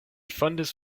fondis